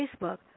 Facebook